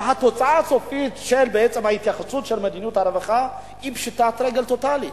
התוצאה הסופית של ההתייחסות של מדיניות הרווחה היא פשיטת רגל טוטלית.